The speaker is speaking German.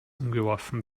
umgeworfen